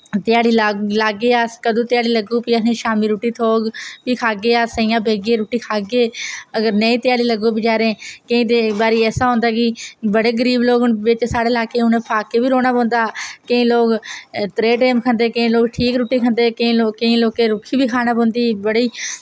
ध्याड़ी ला लागे अस कदूं ध्याड़ी लग्गग फ्ही असें शाम्मी रुट्टी थ्होग फ्ही खागे अस इयां बेइयै रुट्टी खागे अगर नेईं ध्याड़ी लग्गग बचैरें केईं ते बारी ऐसा होंदा कि बड़े गरीब लोक न बिच साढ़े इलाके उ'नै फाकें बी रौह्ना पौंदा केईं लोक त्रै टैम खंदे केईं लोक ठीक रुट्टी खंदे केईं लोक केईं लोकें रुक्खी बी खाने पौंदी बड़ी